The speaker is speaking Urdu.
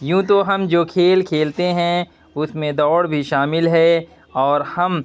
یوں تو ہم جو کھیل کھیلتے ہیں اس میں دوڑ بھی شامل ہے اور ہم